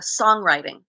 songwriting